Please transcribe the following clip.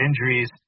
injuries